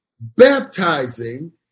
baptizing